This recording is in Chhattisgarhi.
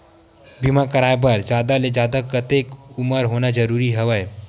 बीमा कराय बर जादा ले जादा कतेक उमर होना जरूरी हवय?